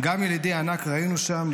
"וגם ילִדי הענק ראינו שם".